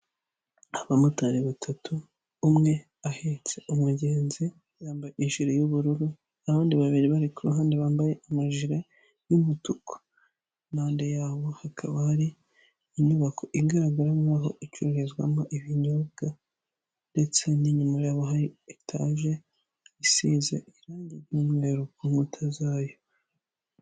Abamotari batatu; umwe ahetse umugenzi, yambaye ijire y'ubururu abandi babiri bari ku ruhande bambaye amajire y'umutuku iruhande rwayo yabo hakaba hari inyubako igaragara nk'aho icururizwamo ibinyobwa ndetse n'iinyuma yabo hari etage isize irangi ry'umweru ku nkuta zayo